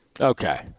Okay